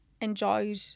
enjoyed